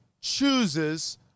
chooses